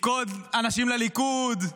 לפקוד אנשים לליכוד?